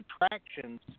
attractions